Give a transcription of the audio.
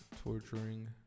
torturing